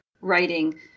writing